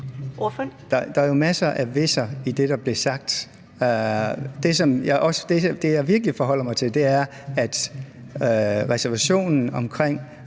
Der er masser af hvis'er i det, der bliver sagt. Det, jeg virkelig forholder mig til, er, at reservationen omkring